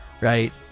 right